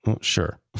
Sure